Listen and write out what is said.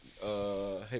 Hey